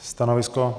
Stanovisko?